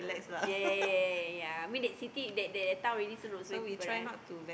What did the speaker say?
ya ya ya ya ya I mean that city that that town already so not so many people right